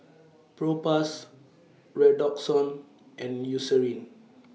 Propass Redoxon and Eucerin